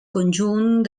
conjunt